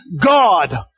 God